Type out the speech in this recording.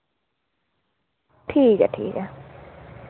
ठीक ऐ ठीक ऐ